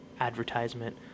advertisement